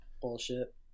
bullshit